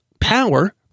power